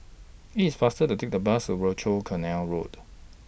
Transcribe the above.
IT IS faster to Take The Bus of Rochor Canal Road